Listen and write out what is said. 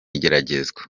igeragezwa